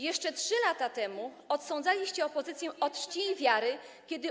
Jeszcze 3 lata temu odsądzaliście opozycję od czci i wiary, kiedy.